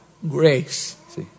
Grace